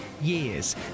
years